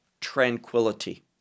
tranquility